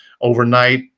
overnight